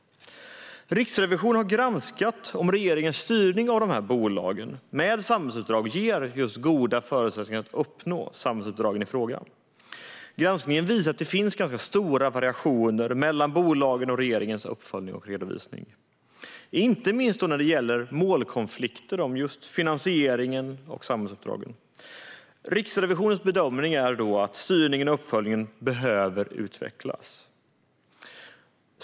Riksrevisionen har granskat om regeringens styrning av bolagen med samhällsuppdrag ger just goda förutsättningar att uppnå samhällsuppdragen i fråga. Granskningen visar att det finns ganska stora variationer mellan bolagen och regeringens uppföljning och redovisning. Det gäller inte minst målkonflikter i fråga om finansieringen och samhällsuppdragen. Riksrevisionens bedömning är att styrningen och uppföljningen behöver utvecklas.